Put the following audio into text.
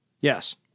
Yes